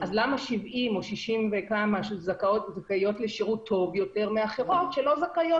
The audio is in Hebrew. אז למה 70 או 60 וכמה שזכאיות לשירות טוב יותר מהאחרות שלא זכאיות?